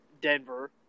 Denver